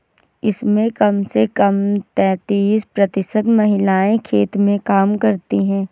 इसमें कम से कम तैंतीस प्रतिशत महिलाएं खेत में काम करती हैं